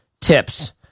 tips